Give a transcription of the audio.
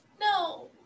No